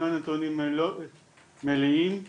אבל